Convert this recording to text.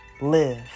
live